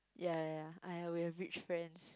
ya ya ya I we have rich friends